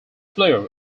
player